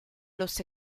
los